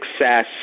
success